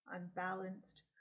unbalanced